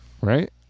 Right